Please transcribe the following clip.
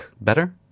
Better